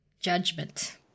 judgment